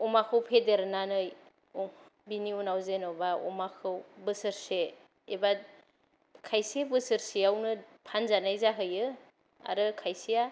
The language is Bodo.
अमाखौ फेदेरनानै बिनि उनाव जेन'बा अमाखौ बोसोरसे एबा खायसे बोसोरसेयावनो फानजानाय जाहैयो आरो खायसेया